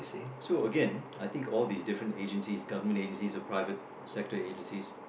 so Again I think all these different agencies government agencies or private sector agencies